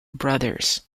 brothers